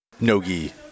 Nogi